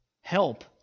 help